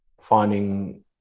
finding